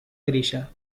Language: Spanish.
grilla